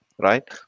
right